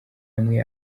amwe